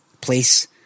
place